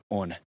on